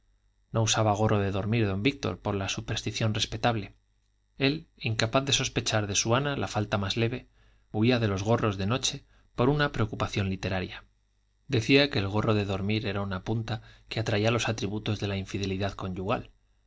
no usaba gorro de dormir don víctor por una superstición respetable él incapaz de sospechar de su ana la falta más leve huía de los gorros de noche por una preocupación literaria decía que el gorro de dormir era una punta que atraía los atributos de la infidelidad conyugal